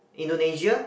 Indonesia